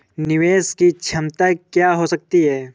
निवेश की क्षमता क्या हो सकती है?